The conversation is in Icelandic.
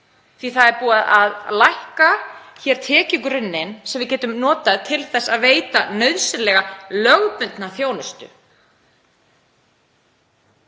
því búið er að lækka tekjugrunninn sem við getum notað til þess að veita nauðsynlega lögbundna þjónustu.